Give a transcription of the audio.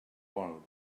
vol